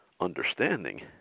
understanding